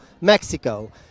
Mexico